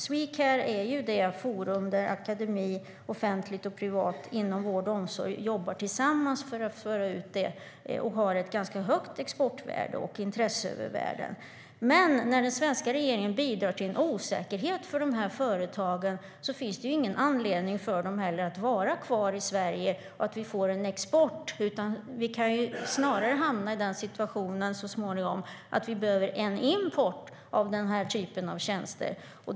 Swecare är det forum där akademi, offentligt och privat inom vård och omsorg jobbar tillsammans för att föra ut detta, och det har ett ganska högt exportvärde och intresse världen över. Men när den svenska regeringen bidrar till en osäkerhet för dessa företag finns det heller ingen anledning för dem att vara kvar i Sverige så att vi får en export. Så småningom kan vi snarare hamna i en situation där vi behöver en import av den här typen av tjänster.